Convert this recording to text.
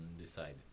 decide